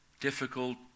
difficult